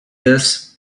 this